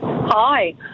Hi